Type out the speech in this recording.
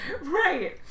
Right